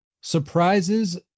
surprises